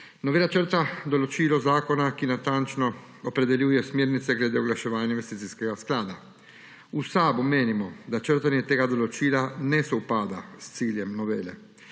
Novela črta določilo zakona, ki natančno opredeljuje smernice glede oglaševanja investicijskega sklada. V SAB menimo, da črtanje tega določila ne sovpada s ciljem novele,